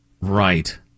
Right